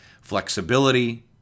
flexibility